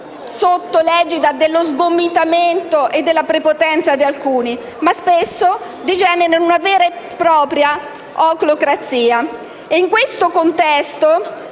sotto l'egida dello sgomitamento e della prepotenza di alcuni, ma in una vera e propria oclocrazia. In questo contesto,